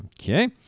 Okay